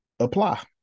apply